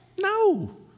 No